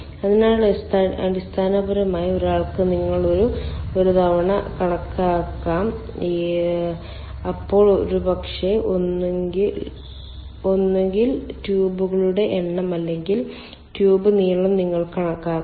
അതിനാൽ അടിസ്ഥാനപരമായി ഒരാൾക്ക് നിങ്ങൾ ഒരു തവണ കണക്കാക്കാം a അപ്പോൾ ഒരുപക്ഷേ ഒന്നുകിൽ ട്യൂബുകളുടെ എണ്ണം അല്ലെങ്കിൽ ട്യൂബ് നീളം നിങ്ങൾക്ക് കണക്കാക്കാം